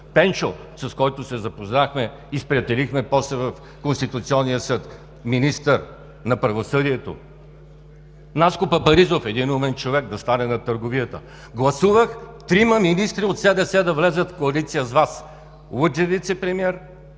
Пенчо, с когото се запознахме и сприятелихме после в Конституционния съд – министър на правосъдието, Наско Папаризов – един умен човек, да стане на търговията. Гласувах трима министри от СДС да влязат в коалиция с Вас: Луджев – вицепремиер,